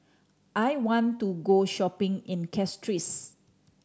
I want to go shopping in Castries